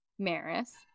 maris